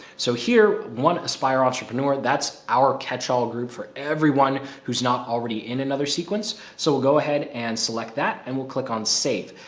so here one aspire entrepreneur that's our catch-all group for everyone who's not already in another sequence. so we'll go ahead and select that and we'll click on safe.